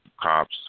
cops